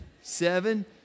seven